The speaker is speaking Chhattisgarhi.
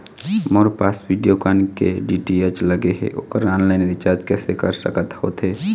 मोर पास वीडियोकॉन के डी.टी.एच लगे हे, ओकर ऑनलाइन रिचार्ज कैसे कर सकत होथे?